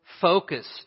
focused